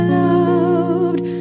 loved